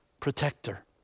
protector